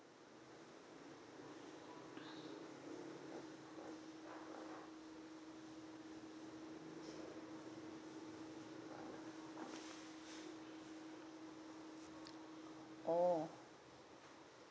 oh